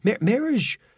Marriage